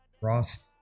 Ross